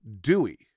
Dewey